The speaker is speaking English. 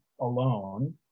alone